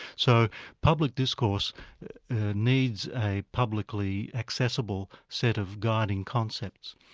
so public discourse needs a publicly accessible set of guiding concepts,